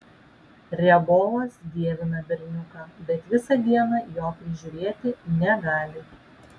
riabovas dievina berniuką bet visą dieną jo prižiūrėti negali